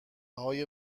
های